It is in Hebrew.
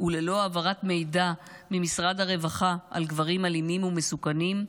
וללא העברת מידע ממשרד הרווחה על גברים אלימים ומסוכנים,